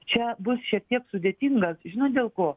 čia bus šiek tiek sudėtingas žinot dėl ko